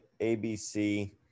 abc